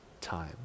time